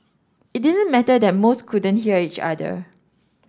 it didn't matter that most couldn't hear each other